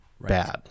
bad